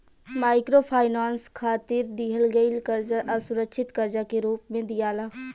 microfinance खातिर दिहल गईल कर्जा असुरक्षित कर्जा के रूप में दियाला